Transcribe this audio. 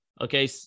Okay